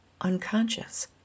unconscious